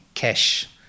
Cash